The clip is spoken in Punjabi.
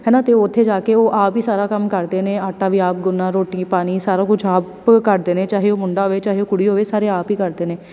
ਹੈ ਨਾ ਅਤੇ ਉੱਥੇ ਜਾ ਕੇ ਉਹ ਆਪ ਹੀ ਸਾਰਾ ਕੰਮ ਕਰਦੇ ਨੇ ਆਟਾ ਵੀ ਆਪ ਗੁੰਨਣਾ ਰੋਟੀ ਪਾਣੀ ਸਾਰਾ ਕੁਛ ਆਪ ਕਰਦੇ ਨੇ ਚਾਹੇ ਉਹ ਮੁੰਡਾ ਹੋਵੇ ਚਾਹੇ ਉਹ ਕੁੜੀ ਹੋਵੇ ਸਾਰੇ ਆਪ ਹੀ ਕਰਦੇ ਨੇ